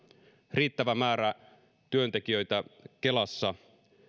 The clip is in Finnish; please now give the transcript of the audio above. riittävä määrä työntekijöitä kelassa